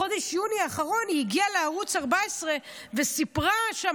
בחודש יוני האחרון היא הגיעה לערוץ 14 וסיפרה שם